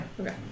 Okay